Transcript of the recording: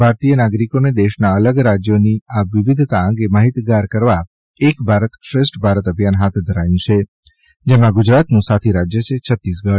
ભારતીય નાગરિકોને દેશના અલગ અલગ રાજયોની આ વિવિધતા અંગે માહિતગાર કરવા એક ભારત શ્રેષ્ઠ ભારત અભિયાન હાથ ધરાયું છે જેમાં ગુજરાતનું સાથી રાજ્ય છે છત્તીસગઢ